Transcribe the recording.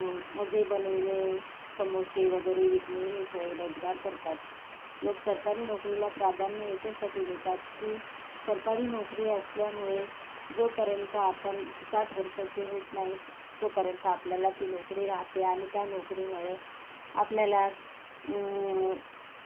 भजे बनविणे समोसे वगैरे विकणे हे स्वयंरोजगार करतात लोक सरकारी नोकरीला प्राधान्य ह्याच्यासाठी देतात की सरकारी नोकरी असल्यामुळे जोपर्यंत आपण साठ वर्षाचे होत नाही तोपर्यंत आपल्याला ती नोकरी राहते आणि त्या नोकरीमुळे आपल्याला